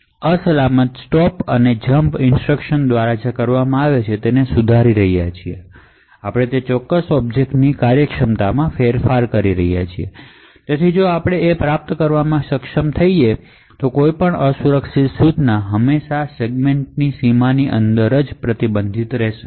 નોંધ લો કે આપણે આ અસલામત સ્ટોર અને જમ્પ ઇન્સ્ટ્રક્શન દ્વારા જે કરવામાં આવે છે તે સુધારી રહ્યા છીએ આપણે તે ઑબ્જેક્ટના કાર્યામાં ફેરફાર કરી રહ્યા છીએ જો કે આપણે તે પ્રાપ્ત કરવામાં સક્ષમ છીએ કે કોઈપણ અસુરક્ષિત ઇન્સટ્રકશન હંમેશા તે સેગમેન્ટની સીમા દ્વારા પ્રતિબંધિત છે